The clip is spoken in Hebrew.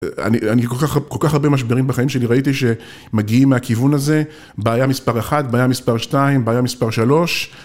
אני אני כל כך כל כך הרבה משברים בחיים שלי, ראיתי שמגיעים מהכיוון הזה, בעיה מספר 1, בעיה מספר 2, בעיה מספר 3.